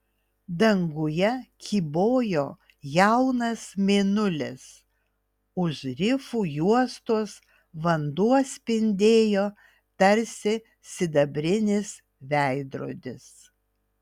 danguje kybojo jaunas mėnulis už rifų juostos vanduo spindėjo tarsi sidabrinis veidrodis